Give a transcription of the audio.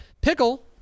Pickle